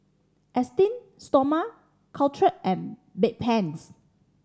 Esteem Stoma Caltrate and Bedpans